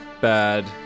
Bad